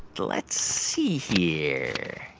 let's see here.